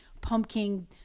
pumpkin